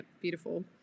beautiful